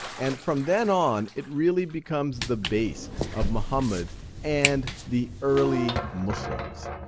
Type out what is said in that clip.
and from then on it really becomes the base of muhammed and the early muslims.